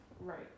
Right